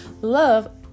Love